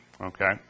okay